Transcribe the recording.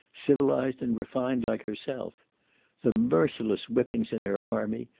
civilized and refined like herself the merciless whippings in her army,